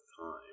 time